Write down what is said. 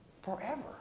forever